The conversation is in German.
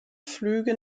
flüge